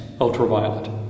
ultraviolet